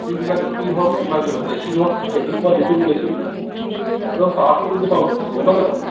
গুটিবিলাক গুটি হওক কিবা মেচিন হওক খেতি কৰা যিকোনো মেচিন একদম গ'ম পাই নে আপুনি